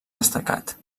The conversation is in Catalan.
destacat